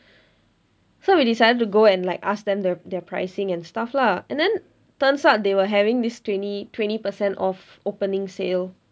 so we decided to go and like ask them their their pricing and stuff lah and then turns out they were having this twenty twenty percent off opening sale